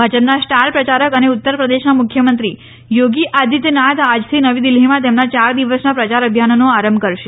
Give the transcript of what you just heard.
ભાજપના સ્ટાર પ્રયારક અને ઉત્તર પ્રદેશના મુખ્યમંત્રી યોગી આદિત્યનાથ આજથી નવી દિલ્હીમાં તેમના ચાર દિવસના પ્રયાર અભિયાનનો આરંભ કરશે